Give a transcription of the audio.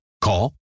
Call